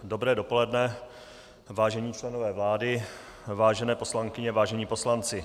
Dobré dopoledne, vážení členové vlády, vážené poslankyně, vážení poslanci.